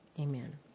Amen